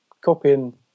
copying